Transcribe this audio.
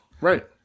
Right